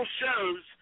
shows